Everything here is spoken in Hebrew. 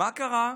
מה קרה?